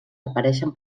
apareixen